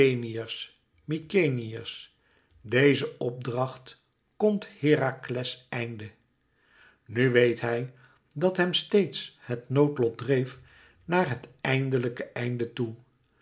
mykenæërs deze opdracht kondt herakles einde nu weet hij dat hem steeds het noodlot dreef naar het eindelijke einde toe